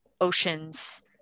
oceans